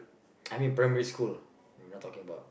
I mean primary school we not talking about